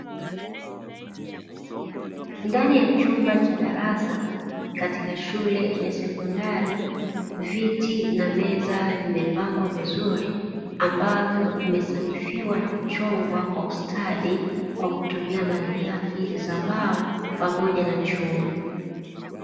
Ndani ya chumba cha darasa katika shule ya sekondari, viti na meza vimeoangwa vizuri ambavyo vimesnaifiwa na kuchongw akwa ustadi, ambazo hutumia malighafi za mbao pamoja na chuma.